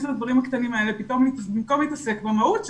לדברים הקטנים האלה במקום להתעסק במהות,